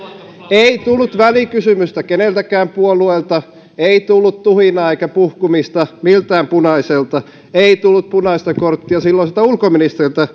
ei tullut välikysymystä miltään puolueelta ei tullut tuhinaa eikä puhkumista keneltäkään punaiselta ei tullut punaista korttia silloiselta ulkoministeriltä